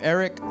Eric